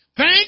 Thank